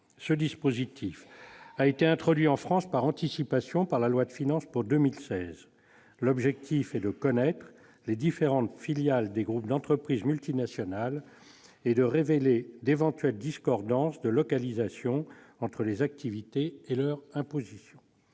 Ce dispositif a été introduit en France par anticipation au travers de la loi de finances pour 2016. L'objectif est de connaître les différentes filiales des groupes d'entreprises multinationales et de révéler d'éventuelles discordances de localisation entre les activités et leur imposition.